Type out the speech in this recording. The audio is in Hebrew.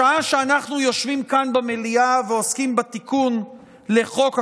בשעה שאנחנו יושבים כאן במליאה ועוסקים בתיקון לחוק הכנסת,